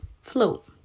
Float